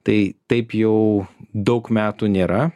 tai taip jau daug metų nėra